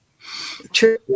True